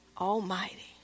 almighty